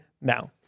now